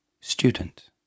Student